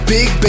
Big